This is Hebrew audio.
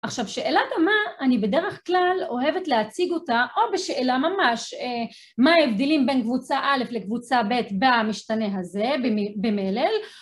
עכשיו שאלת המה, אני בדרך כלל אוהבת להציג אותה, או בשאלה ממש מה ההבדילים בין קבוצה א' לקבוצה ב' במשתנה הזה, במלל.